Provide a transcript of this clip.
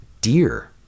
deer